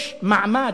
יש מעמד,